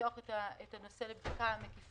אנחנו רוצים לפתוח את הנושא לבדיקה מקיפה.